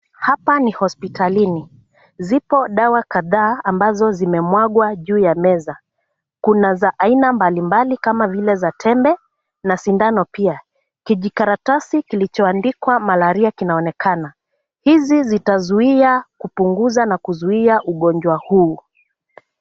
Hapa ni hospitalini. Zipo dawa kadhaa ambazo zimemwaga juu ya meza. Kuna za aina mbalimbali kama vile za tembe, na sindano pia. Kijikaratasi kilichoandikwa malaria kinaonekana. Hizi zitazuia, kupunguza na kuzuia ugonjwa huu.